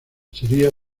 seria